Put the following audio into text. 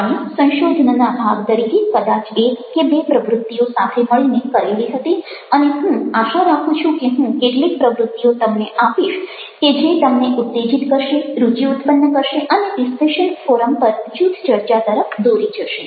આપણે સંશોધનના ભાગ તરીકે કદાચ એક કે બે પ્રવૃત્તિઓ સાથે મળીને કરેલી હતી અને હું આશા રાખું છું કે હું કેટલીક પ્રવૃત્તિઓ તમને આપીશ કે જે તમને ઉત્તેજિત કરશે રુચિ ઉત્પન્ન કરશે અને ડિસ્કશન ફોરમ પર જૂથ ચર્ચા તરફ દોરી જશે